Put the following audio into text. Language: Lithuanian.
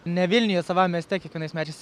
ne vilniuje savam mieste kiekvienais metais